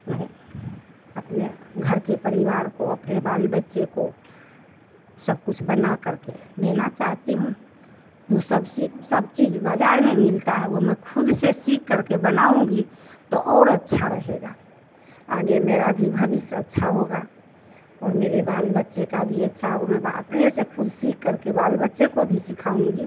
मैं अपने घर के परिवार को अपने बाल बच्चे को सब कुछ बना करके देना चाहती हूँ जो सबसे सब चीज बाज़ार में मिलता है वो मैं खुद से सीख करके बनाउंगी तो और अच्छा रहेगा आगे मेरा भी भविष्य अच्छा होगा और मेरे बाल बच्चे का भी अच्छा होगा मैं अपने से खुद सीख करके बाल बच्चे को भी सिखाउंगी